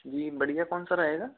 जी बढ़िया कौन सा रहेगा